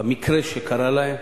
המקרה שקרה להם,